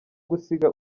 gusiga